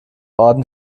orden